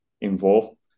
involved